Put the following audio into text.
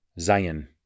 Zion